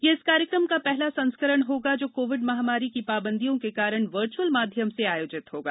यह इस कार्यक्रम का पहला संस्करण होगा जो कोविड महामारी की पाबंदियों के कारण वर्चअल माध्यम से आयोजित होगा